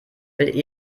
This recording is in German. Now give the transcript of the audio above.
will